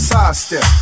Sidestep